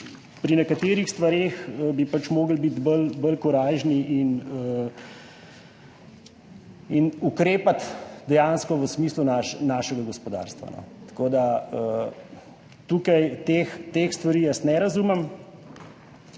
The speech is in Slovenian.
Pri nekaterih stvareh bi pač morali biti bolj korajžni in ukrepati dejansko v smislu našega gospodarstva. Tukaj teh stvari jaz ne razumem.